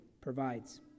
provides